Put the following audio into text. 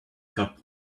cup